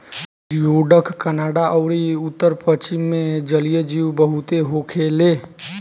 जियोडक Canada अउरी उत्तर पश्चिम मे जलीय जीव बहुत होखेले